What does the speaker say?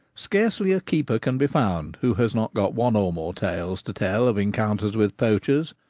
scarcely a keeper can be found who has not got one or more tales to tell of encounters with poachers,